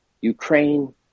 Ukraine